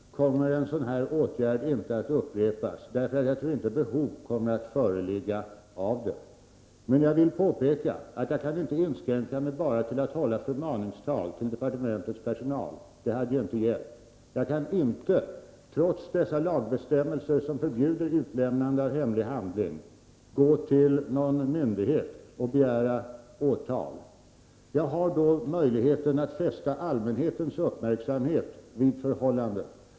Herr talman! Självfallet kommer en sådan här åtgärd inte att upprepas, och det därför att jag tror inte att behov kommer att föreligga. Men jag vill påpeka att jag inte kan inskränka mig till att bara hålla förmaningstal till departementets personal — det har ju visat sig inte hjälpa. Jag kan inte, trots dessa lagbestämmelser som förbjuder utlämnande av hemlig handling, hemställa om åtal. Då återstår möjligheten att fästa allmänhetens uppmärksamhet vid förhållandet.